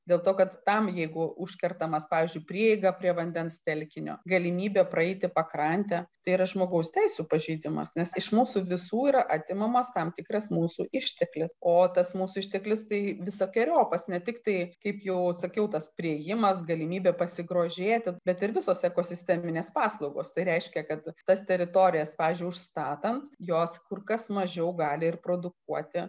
dėl to kad tam jeigu užkertamas pavyzdžiui prieigą prie vandens telkinio galimybė praeiti pakrante tai yra žmogaus teisių pažeidimas nes iš mūsų visų yra atimamas tam tikras mūsų išteklis o tas mūsų išteklis tai visokeriopas ne tiktai kaip jau sakiau tas priėjimas galimybė pasigrožėti bet ir visos ekosisteminės paslaugos tai reiškia kad tas teritorijas pavyzdžiui užstatant jos kur kas mažiau gali ir produkuoti